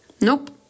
Nope